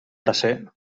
bracer